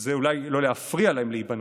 זה אולי לא להפריע להם להיבנות,